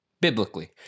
biblically